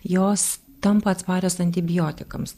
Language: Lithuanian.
jos tampa atsparios antibiotikams